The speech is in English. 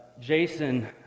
Jason